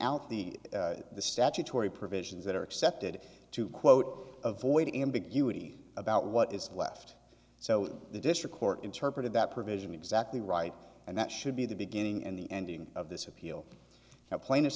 out the the statutory provisions that are accepted to quote avoid ambiguity about what is left so the district court interpreted that provision exactly right and that should be the beginning and the ending of this appeal the pla